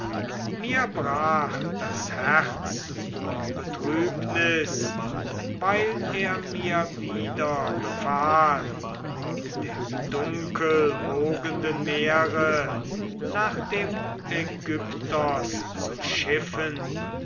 mir brach das herz von betrübnis weil er mir wieder befahl auf dem dunkelwogenden meere nach dem aigyptos zu schiffen